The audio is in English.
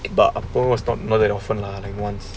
but of course not more than often like once